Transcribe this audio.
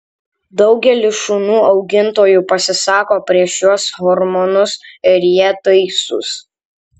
daugelis šunų augintojų pasisako prieš šiuos hormonus ir jie teisūs